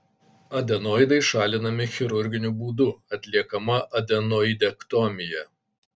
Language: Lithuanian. adenoidai šalinami chirurginiu būdu atliekama adenoidektomija